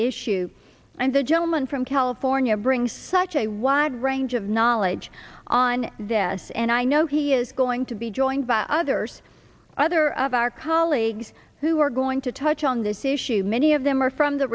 issue and the gentleman from california brings such a wide range of knowledge on this and i know he is going to be joined by others other of our colleagues who are going to touch on this issue many of them are from the